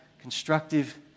constructive